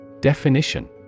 Definition